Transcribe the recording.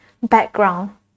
background